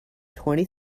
twenty